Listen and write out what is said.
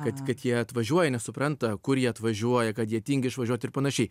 kad kad jie atvažiuoja nesupranta kur jie atvažiuoja kad jie tingi išvažiuot ir panašiai